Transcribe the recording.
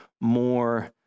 more